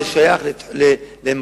זה שייך למקום,